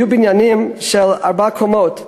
היו בניינים של ארבע קומות,